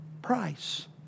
price